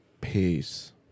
Peace